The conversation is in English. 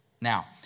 Now